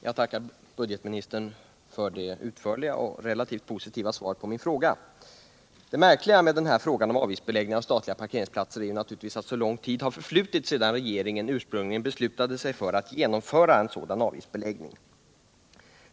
Herr talman! Jag tackar budgetministern för det utförliga och relativt positiva svaret på min fråga. Det märkliga med frågan om avgiftsbeläggning av statliga parkeringsplatser är naturligtvis att så lång tid har förflutit från det att regeringen ursprungligen beslutade sig för att genomföra en sådan avgiftsbeläggning.